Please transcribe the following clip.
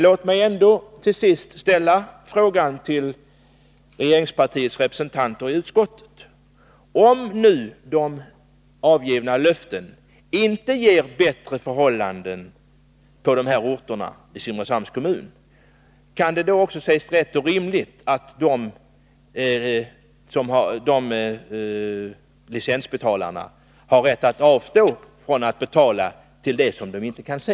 Låt mig ändå till sist ställa frågan till regeringspartiets representanter i utskottet: Om avgivna löften inte innebär bättre förhållanden på dessa orter i Simrishamns kommun, kan det då anses rätt och rimligt att de licensbetalarna avstår från att betala för det de inte kan se?